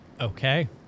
Okay